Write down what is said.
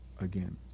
again